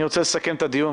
אני רוצה לסכם את הדיון.